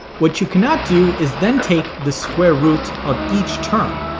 what you cannot do is then take the square root of each term.